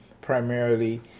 primarily